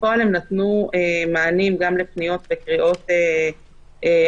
בפועל הם נתנו מענים גם לקריאות אקוטיות